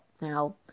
Now